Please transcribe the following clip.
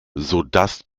sodass